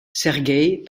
sergueï